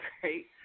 great